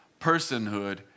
personhood